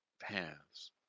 paths